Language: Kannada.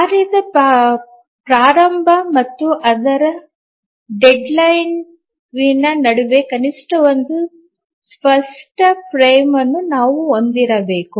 ಕಾರ್ಯದ ಪ್ರಾರಂಭ task's starting ಮತ್ತು ಅದರ ಗಡುವಿನ ನಡುವೆ ಕನಿಷ್ಠ ಒಂದು ಸ್ಪಷ್ಟ ಚೌಕಟ್ಟನ್ನು ನಾವು ಹೊಂದಿರಬೇಕು